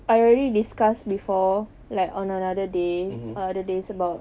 I already discuss before like on another day uh the days about